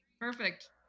Perfect